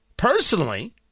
personally